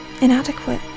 inadequate